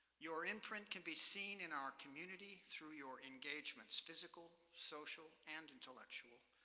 your imprint can be seen in our community through your engagements, physical, social, and intellectual,